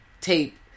tape